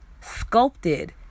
sculpted